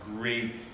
great